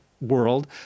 world